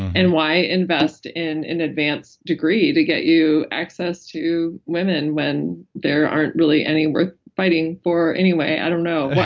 and why invest in an advanced degree to get you access to women when there aren't really any worth fighting for anyway? i don't know.